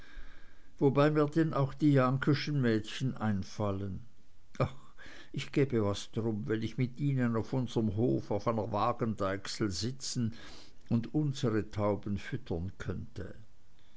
wobei mir denn auch die jahnkeschen mädchen einfallen ach ich gäbe was drum wenn ich mit ihnen auf unserem hof auf einer wagendeichsel sitzen und unsere tauben füttern könnte